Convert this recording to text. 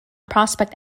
prospect